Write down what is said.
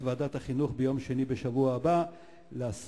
ועדת החינוך ביום שני בשבוע הבא לעשות.